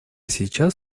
сейчас